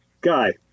guy